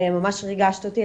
ממש ריגשת אותי,